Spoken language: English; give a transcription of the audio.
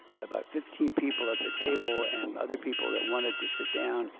about fifteen people at the table and other people that wanted to sit down,